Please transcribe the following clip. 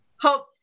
Hope